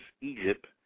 Egypt